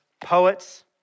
Poets